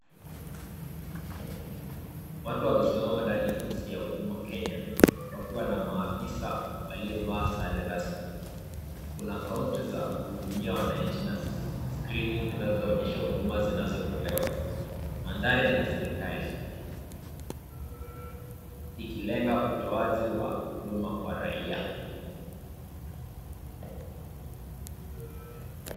Watu wamesimama ndani ya ofisi ya huduma Kenya wakiwa na maafisa waliovaa sare rasmi. Kuna kaunta za kuhudumia wananchi na skrini zinazoonyesha huduma zinazotolewa. Mandhari ni ya serikali ikilenga utoaji kwa huduma kwa raia.